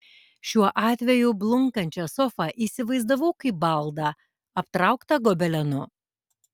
šiuo atveju blunkančią sofą įsivaizdavau kaip baldą aptrauktą gobelenu